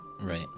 Right